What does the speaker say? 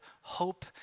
hope